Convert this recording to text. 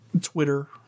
Twitter